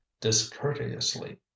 discourteously